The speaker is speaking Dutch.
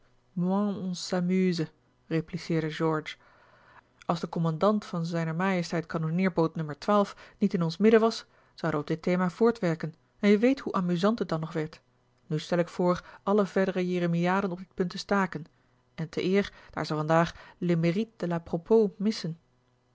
repliceerde george als de commandant van ijn kanonneer bood nu niet in ons midden was zouden wij op dit thema voortwerken en wie weet hoe amusant het dan nog werd nu stel ik voor alle verdere jeremiaden op dit punt te staken en te eer daar ze vandaag le mérite de là propos missen